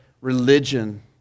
religion